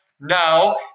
Now